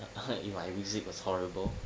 ya my music was horrible